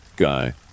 guy